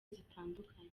zitandukanye